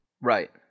Right